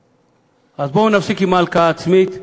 אז בואו נפסיק עם ההלקאה העצמית.